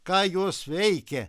ką jos veikė